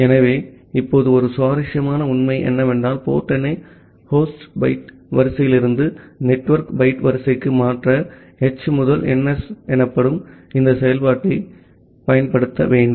ஆகவே இப்போது ஒரு சுவாரஸ்யமான உண்மை என்னவென்றால் போர்ட் எண்ணை ஹோஸ்ட் பைட் வரிசையிலிருந்து நெட்வொர்க் பைட் வரிசைக்கு மாற்ற h முதல் ns எனப்படும் இந்த செயல்பாட்டைப் பயன்படுத்த வேண்டும்